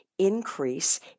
increase